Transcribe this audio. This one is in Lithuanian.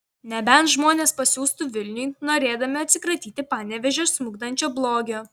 nebent žmonės pasiųstų vilniun norėdami atsikratyti panevėžio smukdančio blogio